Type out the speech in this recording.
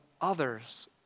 others